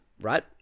Right